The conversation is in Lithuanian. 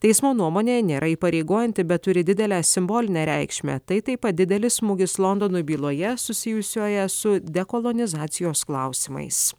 teismo nuomonė nėra įpareigojanti bet turi didelę simbolinę reikšmę tai taip pat didelis smūgis londonui byloje susijusioje su dekolonizacijos klausimais